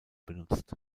benutzt